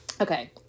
Okay